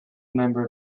member